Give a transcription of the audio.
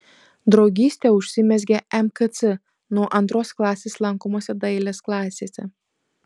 draugystė užsimezgė mkc nuo antros klasės lankomose dailės klasėse